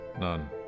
None